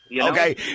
okay